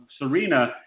Serena